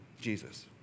Jesus